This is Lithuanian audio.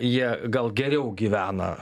jie gal geriau gyvena